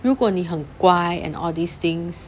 如果你很乖 and all these things